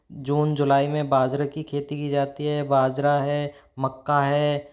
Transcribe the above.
जून जुलाई में बाजरे की खेती की जाती है बाजरा है मक्का है